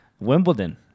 Wimbledon